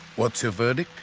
what's your verdict?